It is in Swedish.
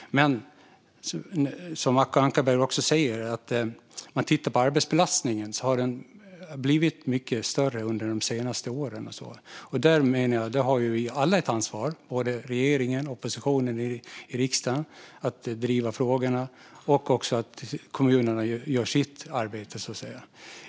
Men som Acko Ankarberg Johansson också säger har arbetsbelastningen blivit mycket större under de senaste åren. Jag menar att vi alla, både regeringen, oppositionen i riksdagen och kommunerna, har ett ansvar för att driva dessa frågor. Och kommunerna ska göra sitt arbete.